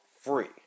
free